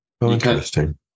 Interesting